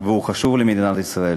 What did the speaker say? והוא חשוב למדינת ישראל.